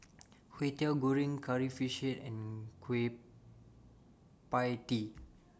Kwetiau Goreng Curry Fish Head and Kueh PIE Tee